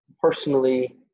personally